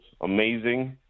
amazing